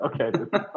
okay